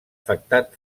afectat